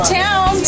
town